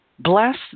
Bless